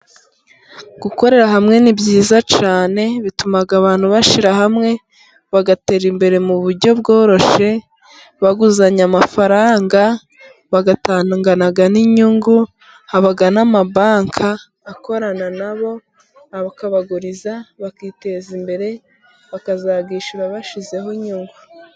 Gukorera hamwe ni byiza cyane bituma abantu bashyira hamwe bagatera imbere mu buryo bworoshye, baguzanya amafaranga bagatanga n'inyungu haba n'amabanka akorana nabo bakabaguriza bakiteza imbere bakazabishyura bashyizeho inyungu.